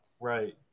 right